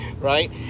right